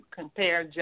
compare